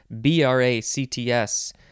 B-R-A-C-T-S